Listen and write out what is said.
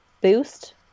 boost